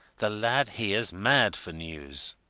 the lad here's mad for news!